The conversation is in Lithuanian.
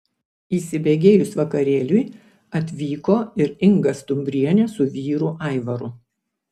įsibėgėjus vakarėliui atvyko ir inga stumbrienė su vyru aivaru